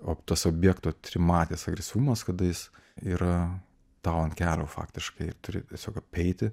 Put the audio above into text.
o tas objekto trimatis agresyvumas kada jis yra tau ant kelių faktiškai ir turi tiesiog eiti